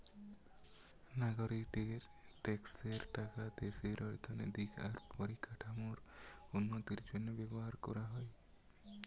নাগরিকদের ট্যাক্সের টাকা দেশের অর্থনৈতিক আর পরিকাঠামোর উন্নতির জন্য ব্যবহার কোরা হয়